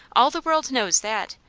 all the world knows that.